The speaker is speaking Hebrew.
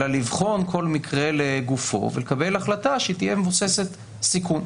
אלא לבחון כל מקרה לגופו ולקבל החלטה שתהיה מבוססת סיכון.